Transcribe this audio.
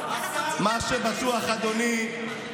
אדוני,